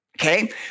okay